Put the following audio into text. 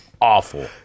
awful